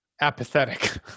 apathetic